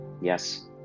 Yes